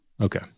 Okay